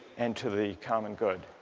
and to the common good?